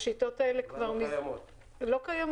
כשהשיטות האלה כבר מזמן --- כבר לא קיימות הן כבר לא קיימות.